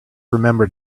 remember